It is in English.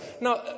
Now